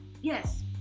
Yes